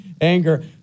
Anger